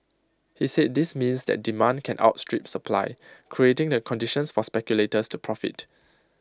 he said this means that demand can outstrip supply creating the conditions for speculators to profit